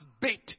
bait